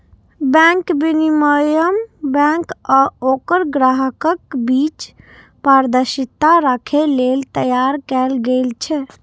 bank विनियमन bank आ ओकर ग्राहकक बीच पारदर्शिता राखै लेल तैयार कैल गेल छै